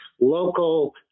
local